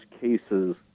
cases